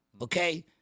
Okay